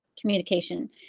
communication